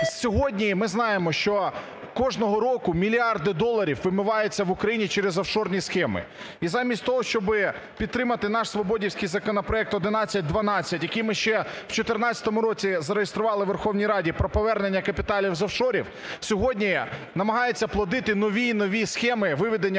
Сьогодні ми знаємо, що кожного року мільярди доларів вимиваються в Україні через офшорні схеми. І замість того, щоб підтримати наш, свободівський, законопроект 1112, який ми ще в 2014 році зареєстрували у Верховній Раді: про повернення капіталів з офшорів, - сьогодні намагається плодити нові і нові схеми виведення